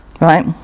Right